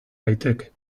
daiteke